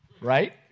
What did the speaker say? right